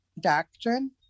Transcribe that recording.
doctrine